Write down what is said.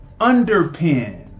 underpin